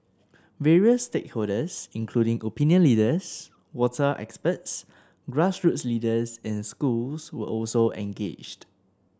various stakeholders including opinion leaders water experts grassroots leaders and schools were also engaged